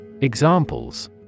Examples